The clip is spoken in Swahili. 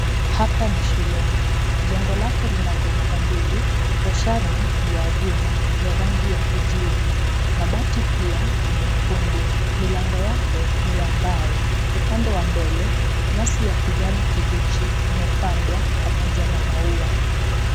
Hapa ni shuleni, jengo lake lina gorofa mbili toshani ya vyuma vya rangi ya kijivu mabati pia ni mekundu milango yake ni ya mbao, upande wa mbele nyasi ya kijani kibichi imepandwa pamoja na maua.